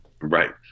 right